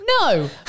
No